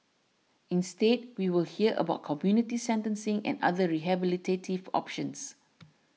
instead we will hear about community sentencing and other rehabilitative options